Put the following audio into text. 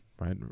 right